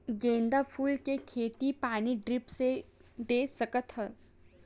गेंदा फूल के खेती पानी ड्रिप से दे सकथ का?